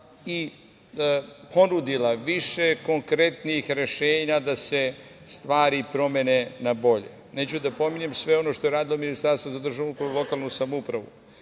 i ponudila više konkretnih rešenja da se stvari promene na bolje. Neću da pominjem sve ono što je radilo Ministarstvo za državnu upravu i lokalnu samoupravu